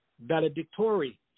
valedictory